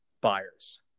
buyers